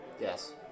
yes